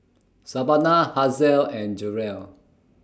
Savanna Hazelle and Jerrell